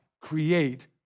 create